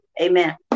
Amen